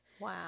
Wow